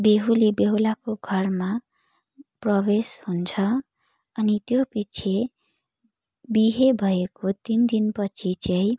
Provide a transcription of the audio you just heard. बेहुली बेहुलाको घरमा प्रवेश हुन्छ अनि त्यो पिछे बिहे भएको तिन दिनपछि चाहिँ